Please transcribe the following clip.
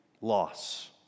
loss